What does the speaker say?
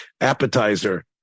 appetizer